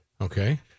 Okay